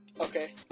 Okay